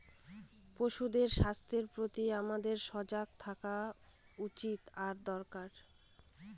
পশুদের স্বাস্থ্যের প্রতি আমাদের সজাগ থাকা উচিত আর দরকার